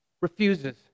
refuses